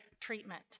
treatment